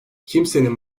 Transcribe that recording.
kimsenin